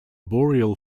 boreal